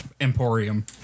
emporium